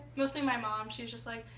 mostly my mom. she was just like,